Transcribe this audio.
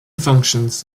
functions